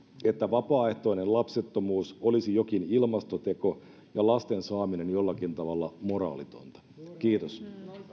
että vapaaehtoinen lapsettomuus olisi jokin ilmastoteko ja lasten saaminen jollakin tavalla moraalitonta kiitos